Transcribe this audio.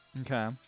Okay